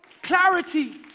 clarity